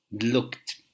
looked